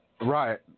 Right